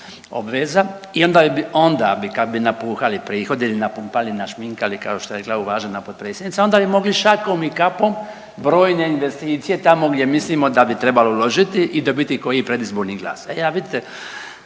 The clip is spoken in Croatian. obveza i onda bi kad bi napuhali prihode ili napumpali, našminkali kao što je rekla uvažena potpredsjednica onda bi mogli šakom i kapom brojne investicije tamo gdje mislimo da bi trebalo uložiti i dobiti koji predizborni glas.